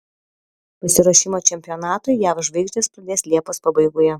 pasiruošimą čempionatui jav žvaigždės pradės liepos pabaigoje